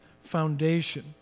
foundation